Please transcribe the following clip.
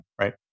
right